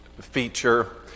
feature